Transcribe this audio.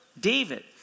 David